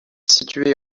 située